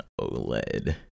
oled